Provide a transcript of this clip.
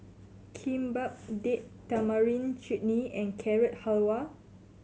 Kimbap Date Tamarind Chutney and Carrot Halwa